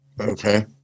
Okay